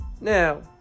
now